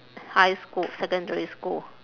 high school secondary school